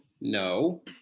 No